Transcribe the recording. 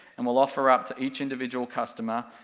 and we'll offer up to each individual customer,